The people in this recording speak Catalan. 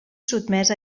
sotmès